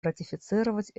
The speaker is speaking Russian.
ратифицировать